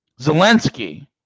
Zelensky